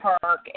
park